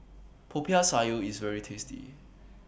Popiah Sayur IS very tasty